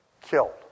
killed